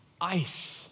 Ice